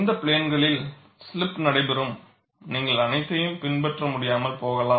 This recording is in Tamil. இந்த பிளேன் ளில் ஸ்லிப் நடைபெரும் நீங்கள் அனைத்தையும் பின்பற்ற முடியாமல் போகலாம்